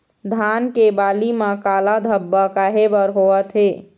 धान के बाली म काला धब्बा काहे बर होवथे?